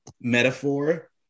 metaphor